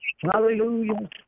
Hallelujah